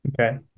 Okay